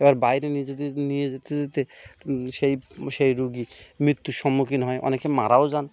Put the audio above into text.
এবার বাইরে নিয়ে যেতে যেতে নিয়ে যেতে যেতে সেই সেই রোগী মৃত্যুর সম্মুখীন হয় অনেকে মারাও যান